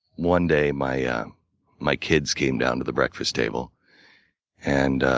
one day my um my kids came down to the breakfast table and